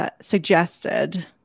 suggested